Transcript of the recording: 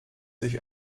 sich